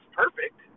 perfect